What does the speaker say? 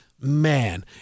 man